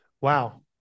Wow